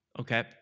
okay